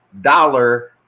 dollar